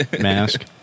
mask